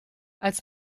als